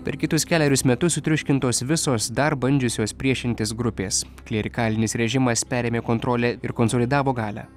per kitus kelerius metus sutriuškintos visos dar bandžiusios priešintis grupės klerikalinis režimas perėmė kontrolę ir konsolidavo galią